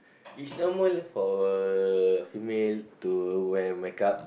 it's normal for uh female to wear makeup